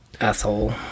Asshole